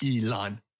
Elon